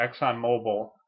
ExxonMobil